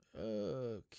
Okay